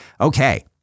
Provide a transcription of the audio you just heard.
Okay